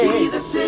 Jesus